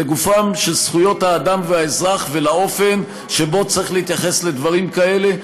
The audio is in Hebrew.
לגופן של זכויות האדם והאזרח ולאופן שבו צריך להתייחס לדברים כאלה.